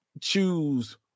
choose